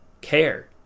care